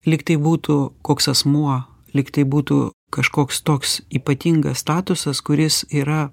lyg tai būtų koks asmuo lyg tai būtų kažkoks toks ypatingas statusas kuris yra